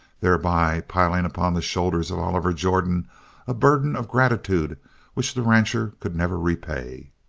thereby piling upon the shoulders of oliver jordan a burden of gratitude which the rancher could never repay.